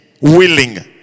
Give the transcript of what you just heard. willing